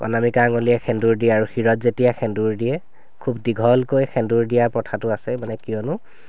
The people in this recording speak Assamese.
অনামিকা আঙুলিৰে সেন্দুৰ দিয়ে আৰু শিৰত যেতিয়া সেন্দুৰ দিয়ে খুব দীঘলকৈ সেন্দুৰ দিয়া প্ৰথাটো আছে মানে কিয়নো